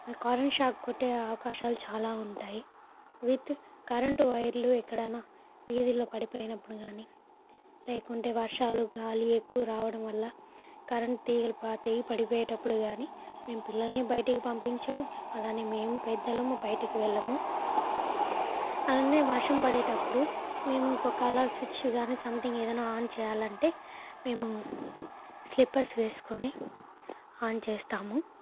current shock కొట్టే అవకాశాలు చాలా ఉంటాయి విత్ కరెంటు వైర్లు ఎక్కడన్నా వీధిలో పడిపోయినప్పుడు కానీ లేకుంటే వర్షాలు గాలి ఎక్కువ రావడం వల్ల కరెంట్ తీగలు పాతెగిపోయి పడిపోయేటప్పుడు కానీ మేము పిల్లల్ని బయటికి పంపించము అలానే మేము పెద్దలము బయటకు వెళ్ళము అన్ని వర్షం పడేటప్పుడు మేము ఇంకోకాల స్విచ్ కానీ సంథింగ్ ఏదైనా ఆన్ చేయాలంటే మేము స్లిప్పర్స్ వేసుకొని ఆన్ చేస్తాము